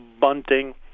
Bunting